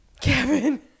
Kevin